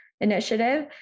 initiative